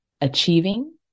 achieving